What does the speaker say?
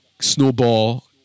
Snowball